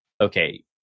okay